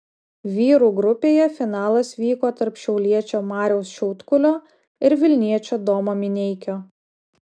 vyrų grupėje finalas vyko tarp šiauliečio mariaus šiaudkulio ir vilniečio domo mineikio